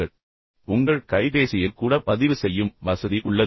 இப்போதெல்லாம் உங்கள் கைபேசியில் கூட பதிவு செய்யும் வசதி உள்ளது